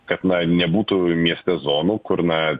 kad na nebūtų mieste zonų kur na